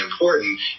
important